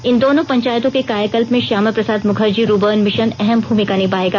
इन दोनो पंचायतों के कायाकल्प में श्यामा प्रसाद मुखर्जी रूर्बन मिशन अहम भूमिका निभाएगा